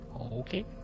okay